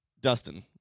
Dustin